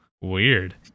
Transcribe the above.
weird